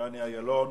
אילון